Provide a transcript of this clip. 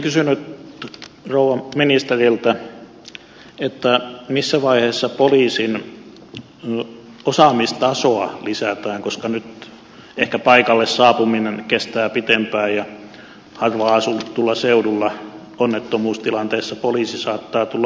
olisin kysynyt rouva ministeriltä missä vaiheessa poliisin osaamistasoa lisätään koska nyt ehkä paikalle saapuminen kestää pitempään ja harvaan asutulla seudulla onnettomuustilanteissa poliisi saattaa tulla ensimmäisenä paikalle